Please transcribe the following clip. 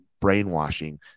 brainwashing